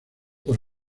por